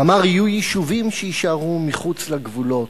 ואמר, יהיו יישובים שיישארו מחוץ לגבולות.